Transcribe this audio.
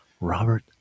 Robert